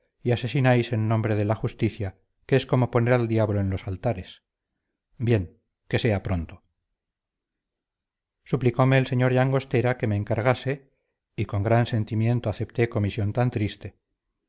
y asesináis en nombre de la justicia que es como poner al diablo en los altares bien que sea pronto suplicome el sr llangostera que me encargase y con gran sentimiento acepté comisión tan triste